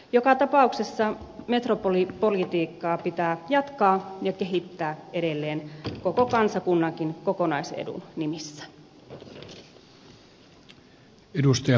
joka tapauksessa metropolipolitiikkaa pitää jatkaa ja kehittää edelleen koko kansakunnankin kokonaisedun nimissä